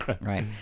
right